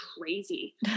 crazy